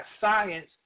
science